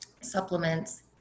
supplements